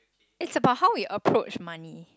is about how we approach money